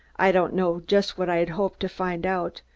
i don't know just what i had hoped to find out,